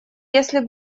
если